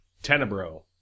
Tenebro